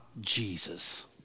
Jesus